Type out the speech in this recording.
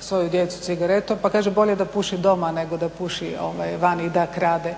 svoju djecu cigaretom pa kažu bolje da puši doma nego da puši vani i da krade.